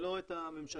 ולא את הממשלה,